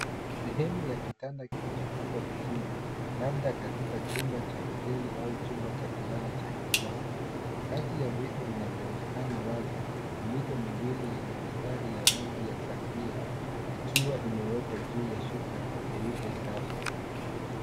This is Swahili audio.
Sehemu ya kitanda kilichopangwa vizuri, labda katika chumba cha hoteli au chumba cha kulala cha kisasa. Kati ya vitu vinavyoonekana wazi, mito miwili yenye mistari ya rangi ya kahawia ikiwa imewekwa juu ya shuka nyeupe safi.